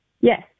Yes